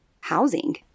housing